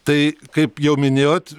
tai kaip jau minėjot